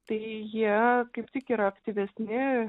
tai jie kaip tik yra aktyvesni